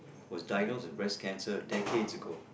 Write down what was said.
was diagnosed with breast cancer decades ago